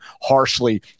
harshly